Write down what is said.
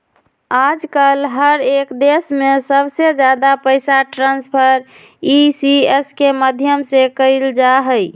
आजकल हर एक देश में सबसे ज्यादा पैसा ट्रान्स्फर ई.सी.एस के माध्यम से कइल जाहई